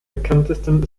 bekanntesten